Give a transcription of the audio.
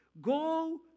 Go